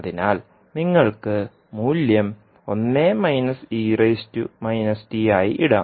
അതിനാൽ നിങ്ങൾക്ക് മൂല്യം ആയി ഇടാം